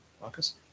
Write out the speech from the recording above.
Marcus